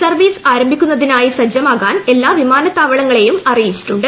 service ആരംഭിക്കുന്നതിനായി സജ്ജമാകാൻ എല്ലാ വിമാനത്താവളങ്ങളെയും അറിയിച്ചിട്ടുണ്ട്